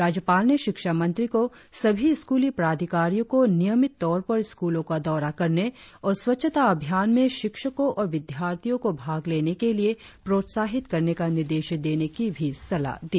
राज्यपाल ने शिक्षा मंत्री को सभी स्कूली प्राधिकारियों को नियमित तौर पर स्कूलों का दौरा करने और स्वच्छता अभियान में शिक्षकों और विद्यार्थियों को भाग लेने के लिए प्रोत्साहित करने का निर्देश देने की सलाह भी दी